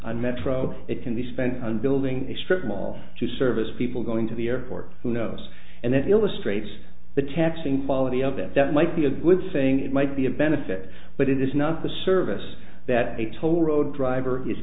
on metro it can be spent on building a strip mall to service people going to the airport who knows and then illustrates the taxing quality of that that might be a good thing it might be a benefit but it is not the service that a toll road driver is